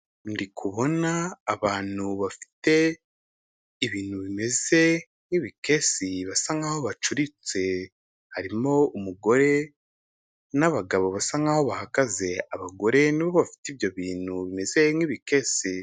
Ndi kubona abantu bafite ibintu bimeze nk'ibikesi basa nkaho bacuritse, harimo umugore n'abagabo basa nkaho bahagaze, abagore nibo bafite ibyo bintu bimeze nk'ibikesi.